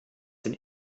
den